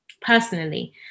personally